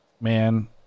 man